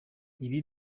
ibi